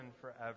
forever